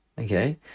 Okay